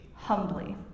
humbly